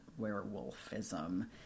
werewolfism